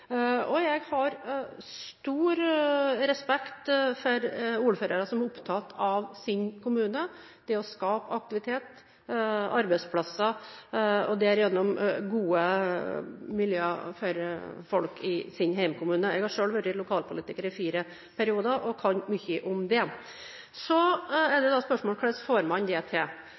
Jeg har stor respekt for ordførere som er opptatt av sin kommune, av det å skape aktivitet, arbeidsplasser og derigjennom gode miljøer for folk i sin hjemkommune. Jeg har selv vært lokalpolitiker i fire perioder og kan mye om det. Så er spørsmålet: Hvordan får man det til?